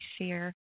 share